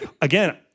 again